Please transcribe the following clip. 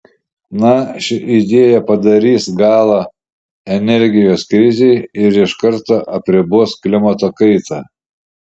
na ši idėja padarys galą energijos krizei ir iš karto apribos klimato kaitą